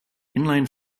inline